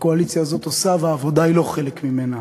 הקואליציה הזאת עושה, והעבודה היא לא חלק ממנה.